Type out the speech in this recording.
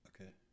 Okay